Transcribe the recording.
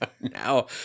Now